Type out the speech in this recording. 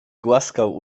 głaskał